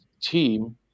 team